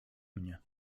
mnie